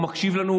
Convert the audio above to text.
מקשיב לנו,